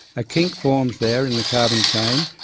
a kink forms there in the carbon chain,